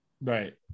Right